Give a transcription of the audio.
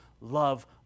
love